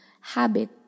Habit